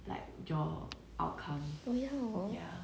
oh ya hor